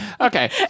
Okay